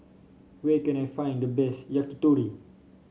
where can I find the best Yakitori